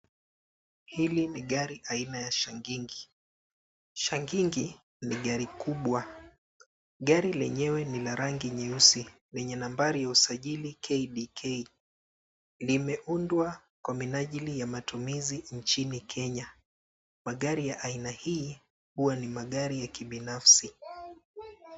Hili ni gari aina ya shangingi. Shangingi na gari kubwa. Gari lenyewe ni la rangi nyeusi lenye nambari ya usajili KDK.Limeundwa kwa minajili ya matumizi nchini Kenya. Magari ya aina hii huwa magari ya kibinafsi.